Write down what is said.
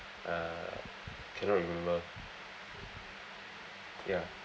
uh cannot remember ya